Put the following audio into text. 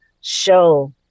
show